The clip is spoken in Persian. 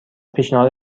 پیشنهاد